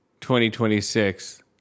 2026